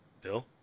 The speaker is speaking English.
Bill